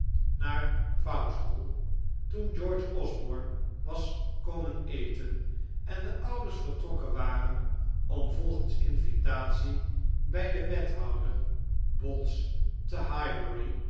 naar vauxhall toen george osborne was komen eten en de ouders vertrokken waren om volgens invitatie bij den wethouder balls te